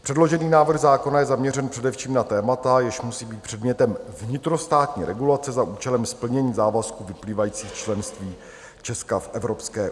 Předložený návrh zákona je zaměřen především na témata, jež musí být předmětem vnitrostátní regulace za účelem splnění závazků vyplývajících z členství Česka v Evropské unii.